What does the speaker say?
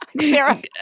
Sarah